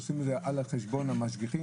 עושים את זה על חשבון המשגיחים.